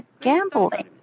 gambling